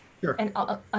Sure